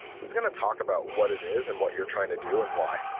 who's going to talk about what it is and what you're trying to do and why?